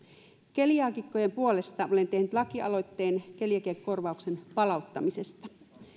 keliaakikkojen puolesta olen tehnyt lakialoitteen keliakiakorvauksen palauttamisesta